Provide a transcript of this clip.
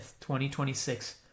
2026